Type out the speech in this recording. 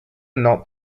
not